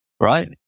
right